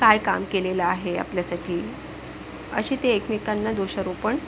काय काम केलेले आहे आपल्यासाठी अशी ते एकमेकांना दोषारोपण